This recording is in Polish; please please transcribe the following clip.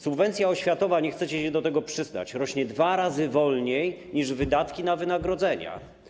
Subwencja oświatowa - nie chcecie się do tego przyznać - rośnie dwa razy wolniej niż wydatki na wynagrodzenia.